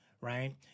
right